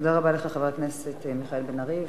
תודה רבה לך, חבר הכנסת מיכאל בן-ארי.